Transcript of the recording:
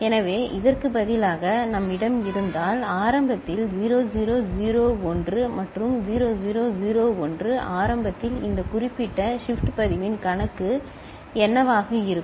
எனவே இதற்கு பதிலாக நம்மிடம் இருந்தால் ஆரம்பத்தில் 0 0 0 1 மற்றும் 0 0 0 1 ஆரம்பத்தில் இந்த குறிப்பிட்ட ஷிப்ட் பதிவின் கணக்கு என்னவாக இருக்கும்